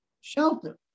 shelter